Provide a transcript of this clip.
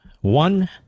One